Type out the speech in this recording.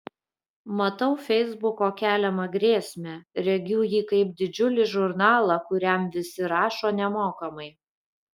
matau feisbuko keliamą grėsmę regiu jį kaip didžiulį žurnalą kuriam visi rašo nemokamai